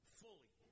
fully